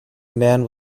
men